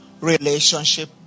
relationship